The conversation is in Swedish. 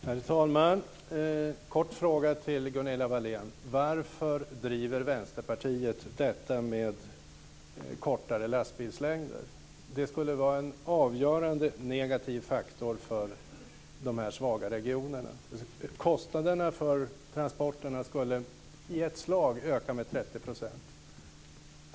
Herr talman! Jag har en kort fråga till Gunilla Wahlén. Varför driver Vänsterpartiet frågan om kortare lastbilslängder? Det skulle vara en avgörande negativ faktor för de svaga regionerna. Kostnaderna för transporterna skulle i ett slag öka med 30 %.